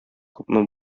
күпме